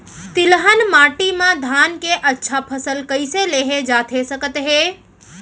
तिलहन माटी मा धान के अच्छा फसल कइसे लेहे जाथे सकत हे?